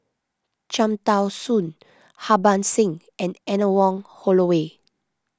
Cham Tao Soon Harbans Singh and Anne Wong Holloway